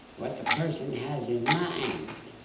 what the person has in mind,